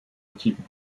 équipes